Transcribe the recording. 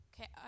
Okay